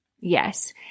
Yes